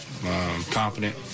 confident